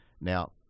Now